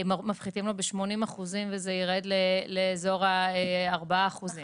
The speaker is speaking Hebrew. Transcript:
מפחיתים לו ב-80% וזה ירד לאזור ה-4%,